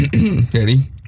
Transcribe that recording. Ready